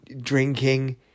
drinking